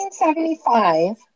1975